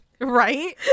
Right